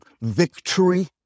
victory